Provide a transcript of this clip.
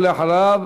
ואחריו,